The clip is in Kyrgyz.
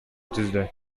түздү